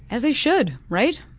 as they should, right?